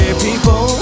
people